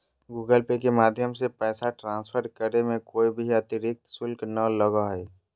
Google Pay के माध्यम से पैसा ट्रांसफर करे मे कोय भी अतरिक्त शुल्क नय लगो हय